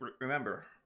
remember